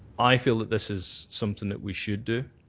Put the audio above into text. i feel that this is something that we should do.